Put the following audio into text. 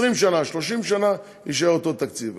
20 שנה, 30 שנה יישאר אותו תקציב.